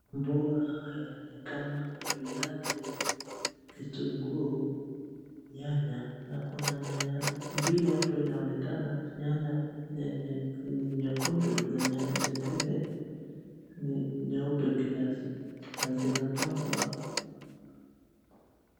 Mboga haya ni kama viazi, kitunguu, nyanya, na kuna nyanya mbili hapo inaonekana nyanya yenye ni nyekundu, na nyanya zingine ni nyeupe kiasi, na zimepangwa.